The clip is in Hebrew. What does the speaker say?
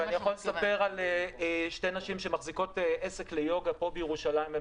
אני יכול לספר על שתי נשים שמחזיקות עסק ליוגה פה בירושלים שהן